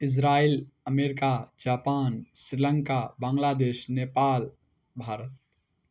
Israel America Japan Sri Lanka Bangladesh Nepal Bharat